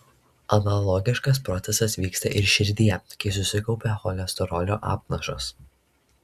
analogiškas procesas vyksta ir širdyje kai susikaupia cholesterolio apnašos